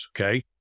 Okay